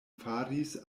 faris